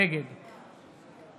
נגד